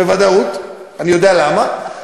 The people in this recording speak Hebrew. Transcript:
ואני יודע למה,